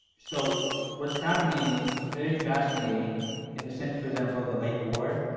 so what's happening is very fascinating in the sense, for example, the late war.